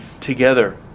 together